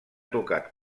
tocat